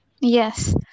Yes